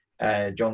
John